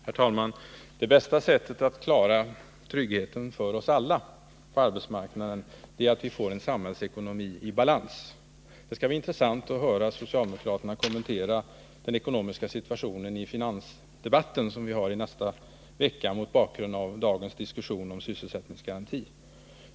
Herr talman! Det bästa sättet för oss alla att klara tryggheten på arbetsmarknaden är att se till att vi får en samhällsekonomi i balans. Det skall —- mot bakgrund av dagens diskussion om sysselsättningsgarantier — bli intressant att i den finansdebatt som vi skall ha nästa vecka höra socialdemokraterna kommentera den ekonomiska situationen.